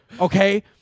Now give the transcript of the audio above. Okay